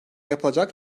yapılacak